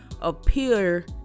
appear